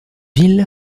ville